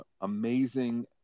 amazing